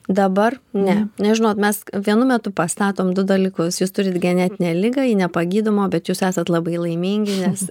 dabar ne nes žinot mes vienu metu pastatom du dalykus jūs turit genetinę ligą ji nepagydoma bet jūs esat labai laimingi nes